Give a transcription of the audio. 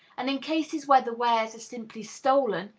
and in cases where the wares are simply stolen,